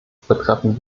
betreffen